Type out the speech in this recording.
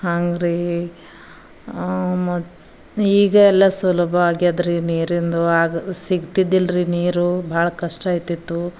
ಹಂಗ್ರಿ ಮತ್ತು ಈಗ ಎಲ್ಲ ಸುಲಭ ಆಗ್ಯಾದ್ರಿ ನೀರಿಂದು ಅದು ಸಿಗ್ತಿದ್ದಿಲ್ರಿ ನೀರು ಬಹಳ ಕಷ್ಟ ಆಗ್ತಿತ್ತು